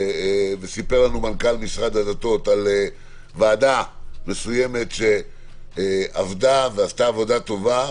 וסיפר לנו מנכ"ל משרד הדתות על ועדה מסוימת שעבדה ועשתה עבודה טובה,